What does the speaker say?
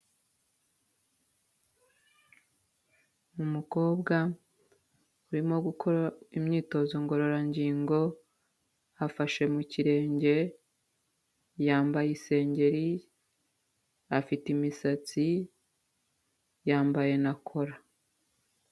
Umukobwa, urimo gukora imyitozo ngororangingo, afashe mu kirenge , yambaye isengeri, afite imisatsi, yambaye na kola.